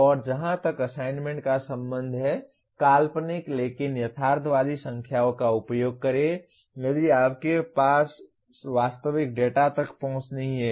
और जहां तक असाइनमेंट का संबंध है काल्पनिक लेकिन यथार्थवादी संख्याओं का उपयोग करें यदि आपके पास वास्तविक डेटा तक पहुंच नहीं है